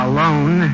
Alone